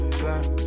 black